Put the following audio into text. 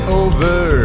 over